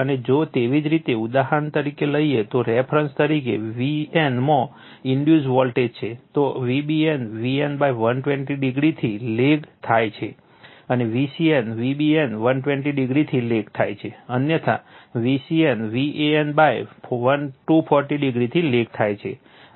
અને જો તેવી જ રીતે ઉદાહરણ તરીકે લઈએ તો રેફરન્સ તરીકે Vn માં ઈન્ડયુસ વોલ્ટેજ છે તો Vbn Vn 120 o થી લેગ થાય છે અને Vcn Vbn 120 o થી લેગ થાય છે અન્યથા Vcn Van240 o થી લેગ થાય છે